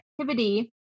activity